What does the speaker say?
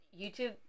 YouTube